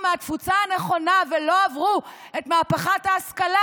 מהתפוצה הנכונה ולא עברו את מהפכת ההשכלה,